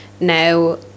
now